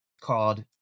called